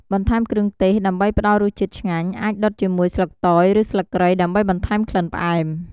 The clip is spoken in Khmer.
បន្ថែមគ្រឿងទេស ដើម្បីផ្តល់រសជាតិឆ្ងាញ់ អាចដុតជាមួយស្លឹកតយ ឬស្លឹកគ្រៃ ដើម្បីបន្ថែមក្លិនផ្អែម។